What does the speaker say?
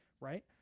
right